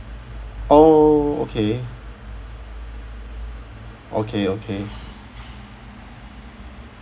oh okay okay okay